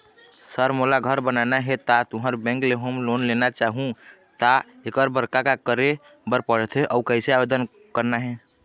Sir मोला घर बनाना हे ता तुंहर बैंक ले होम लोन लेना चाहूँ ता एकर बर का का करे बर पड़थे अउ कइसे आवेदन करना हे?